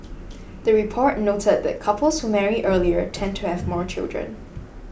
the report noted that couples who marry earlier tend to have more children